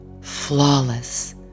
flawless